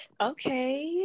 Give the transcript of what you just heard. Okay